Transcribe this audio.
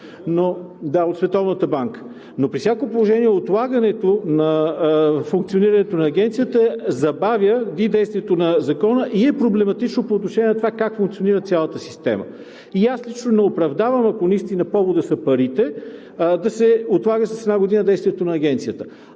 Да, от Световната банка. При всяко положение отлагането на функционирането на агенцията забавя действието на Закона и е проблематично по отношение на това как функционира цялата система. Лично аз не оправдавам, ако наистина поводът са парите, да се отлага с една година действието на Агенцията.